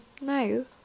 No